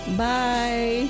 bye